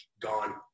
gone